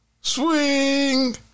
Swing